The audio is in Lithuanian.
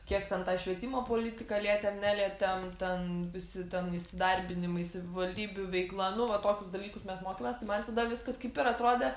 kiek ten tą švietimo politiką lietėm nelietėm ten visi ten įsidarbinimai savivaldybių veikla nu va tokius dalykus mes mokėmės tai man tada viskas kaip ir atrodė